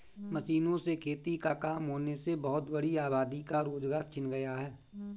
मशीनों से खेती का काम होने से बहुत बड़ी आबादी का रोजगार छिन गया है